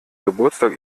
geburtstag